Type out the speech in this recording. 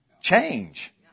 change